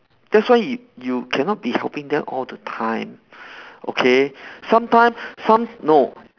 that's why you you cannot be helping them all the time okay sometimes some no